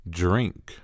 drink